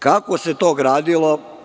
Kako se to gradilo?